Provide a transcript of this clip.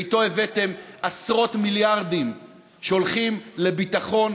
ואיתו הבאתם עשרות מיליארדים שהולכים לביטחון